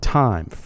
time